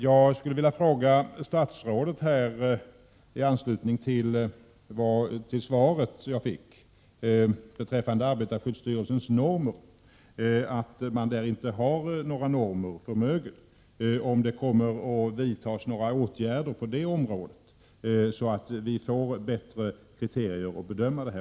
Jag skulle vilja fråga statsrådet i anslutning till uppgifterna i svaret om att arbetarskyddsstyrelsen inte har några normer för mögel, om det kommer att vidtas några åtgärder på det området, så att vi får bättre kriterier för bedömningar.